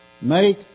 make